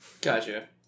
gotcha